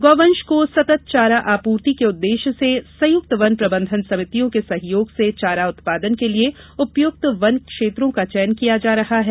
गौवंश को सतत चारा आपूर्ति के उद्देश्य से संयुक्त वन प्रबंधन समितियों के सहयोग से चारा उत्पादन के लिये उपयुक्त वन क्षेत्रों का चयन किया जा रहा है